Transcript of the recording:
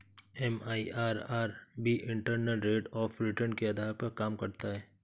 MIRR भी internal rate of return के आधार पर काम करता है